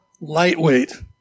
lightweight